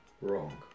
wrong